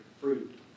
fruit